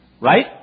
Right